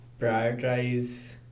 prioritize